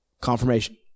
Confirmation